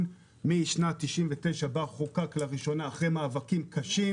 משנת 99' שבה חוקק לראשונה לאחר מאבקים קשים.